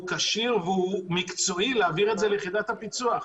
והוא כשיר ומקצועי להעביר פניות אלה ליחידת הפיצו"ח.